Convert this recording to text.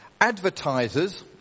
advertisers